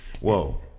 Whoa